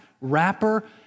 rapper